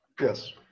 Yes